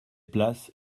places